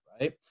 right